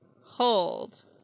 Hold